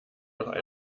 nochmal